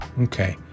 Okay